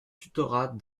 tutorat